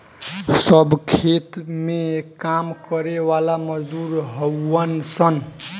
सब खेत में काम करे वाला मजदूर हउवन सन